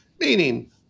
meaning